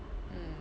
mm